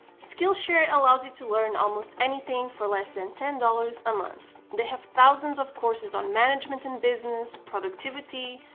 skillshare allows you to learn almost anything for less than ten dollars a month. they have thousands of courses on management and business, productivity,